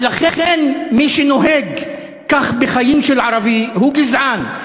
ולכן, מי שנוהג כך בחיים של ערבי הוא גזען.